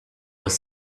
was